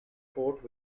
port